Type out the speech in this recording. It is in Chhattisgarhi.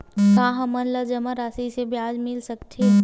का हमन ला जमा राशि से ब्याज मिल सकथे?